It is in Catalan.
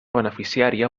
beneficiària